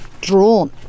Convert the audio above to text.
drawn